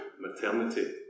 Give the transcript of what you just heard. maternity